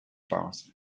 bars